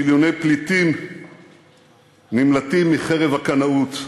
מיליוני פליטים נמלטים מחרב הקנאות.